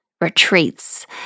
retreats